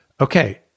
okay